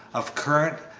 of currant,